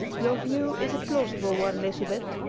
your view is a plausible one, lizabeth,